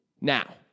Now